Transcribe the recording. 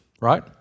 Right